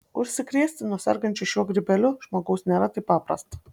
užsikrėsti nuo sergančio šiuo grybeliu žmogaus nėra taip paprasta